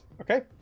Okay